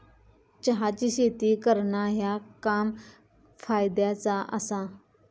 चहाची शेती करणा ह्या काम फायद्याचा आसा